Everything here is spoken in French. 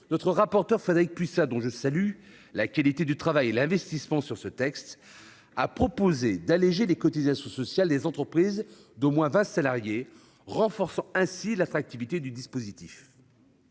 notre rapporteur Frédérique Puissat, dont je salue la qualité du travail et l'investissement sur ce texte, a proposé d'alléger les cotisations sociales des entreprises d'au moins vingt salariés, renforçant ainsi l'attractivité du dispositif.